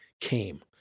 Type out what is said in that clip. came